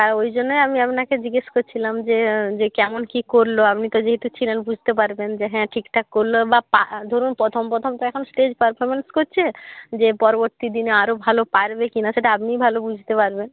আর ওই জন্যেই আমি আপনাকে জিজ্ঞেস করছিলাম যে যে কেমন কি করলো আপনি তো যেহেতু ছিলেন বুঝতে পারবেন যে হ্যাঁ ঠিকঠাক করল বা পা ধরুন প্রথম প্রথম তো এখন স্টেজ পারফর্মেন্স করছে যে পরবর্তী দিনে আরও ভালো পারবে কি না সেটা আপনিই ভালো বুঝতে পারবেন